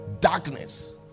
Darkness